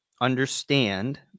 understand